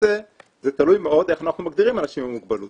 למעשה זה תלוי מאוד איך אנחנו מגדירים אנשים עם מוגבלות.